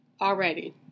already